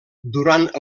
durant